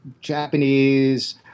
Japanese